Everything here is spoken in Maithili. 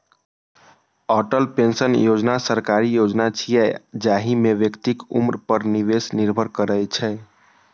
अटल पेंशन योजना सरकारी योजना छियै, जाहि मे व्यक्तिक उम्र पर निवेश निर्भर करै छै